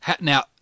Now